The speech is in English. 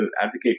advocate